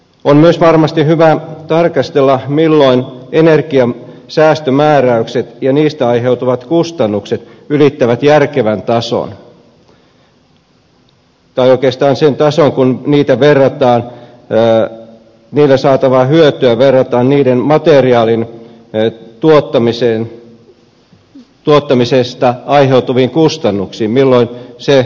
on myös varmasti hyvä tarkastella milloin energiansäästömääräykset ja niistä aiheutuvat kustannukset ylittävät järkevän tason tai oikeastaan sen tason kun niillä saatavaa hyötyä verrataan niiden materiaalin tuottamisesta aiheutuviin kustannuksiin milloin se rajapinta saavutetaan